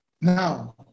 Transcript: Now